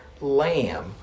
lamb